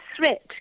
threat